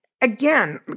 Again